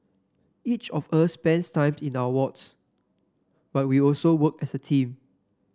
each of us spends time in our wards but we also work as a team